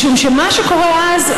משום שמה שקורה אז,